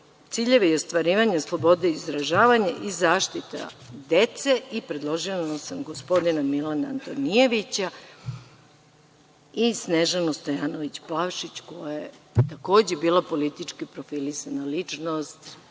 ciljevi i ostvarivanja slobode izražavanja i zaštita dece i predložila sam gospodina Milana Antonijevića i Snežanu Stojanović Plavšić, koja je takođe politički profilisana ličnost,